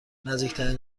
نزدیکترین